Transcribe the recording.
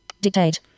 Dictate